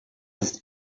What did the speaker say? ist